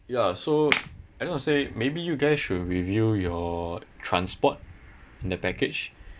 ya so I don't know how to say maybe you guys should review your transport in the package